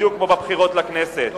בדיוק כמו בבחירות לכנסת.